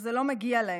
שזה לא מגיע להם,